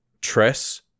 Tress